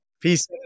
Peace